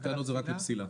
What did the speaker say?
טיעון טענות זה לפסילה.